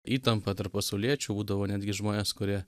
įtampa tarp pasauliečių būdavo netgi žmonės kurie